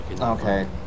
Okay